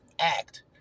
act